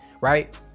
right